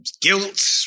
Guilt